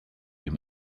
ihm